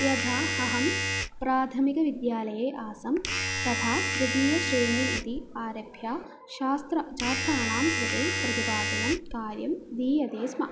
यदा अहं प्राथमिकविद्यालये आसं तदा तृतीयश्रेणी इति आरभ्य शास्त्रछात्राणां कृते प्रतिपादनं कार्यं दीयते स्म